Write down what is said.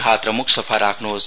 हात र मुख सफा राख्नुहोस